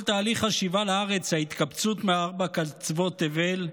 כל תהליך השיבה לארץ, ההתקבצות מארבעת קצוות תבל,